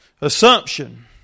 Assumption